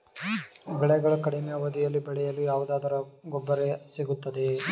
ಬೆಳೆಗಳು ಕಡಿಮೆ ಅವಧಿಯಲ್ಲಿ ಬೆಳೆಯಲು ಯಾವುದಾದರು ಗೊಬ್ಬರ ಸಿಗುತ್ತದೆಯೇ?